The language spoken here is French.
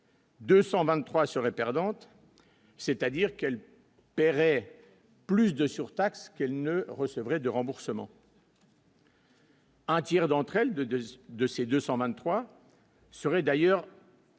223 serait perdante, c'est-à-dire qu'elle paierait plus de surtaxe qu'elle ne recevrait de remboursement. Un tiers d'entre elles, de 2 de ses 223 serait d'ailleurs.